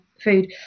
food